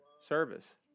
service